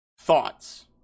Thoughts